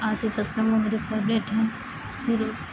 عاطف اسلم وہ میرے فیورٹ ہیں شروع سے